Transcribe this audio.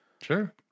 Sure